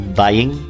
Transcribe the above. buying